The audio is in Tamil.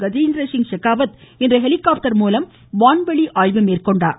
கஜேந்திரசிங் ஷெகாவத் இன்று ஹெலிகாப்டர் மூலம் வான்வெளி ஆய்வு மேற்கொண்டுள்ளார்